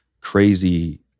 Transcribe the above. crazy